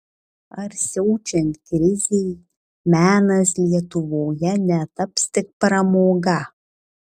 ar siaučiant krizei menas lietuvoje netaps tik pramoga